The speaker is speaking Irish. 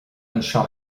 anseo